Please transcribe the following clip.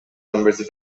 members